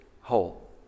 hole